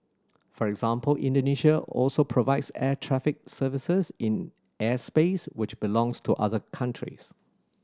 for example Indonesia also provides air traffic services in airspace which belongs to other countries